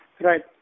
Right